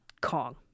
Kong